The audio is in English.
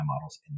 models